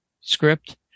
script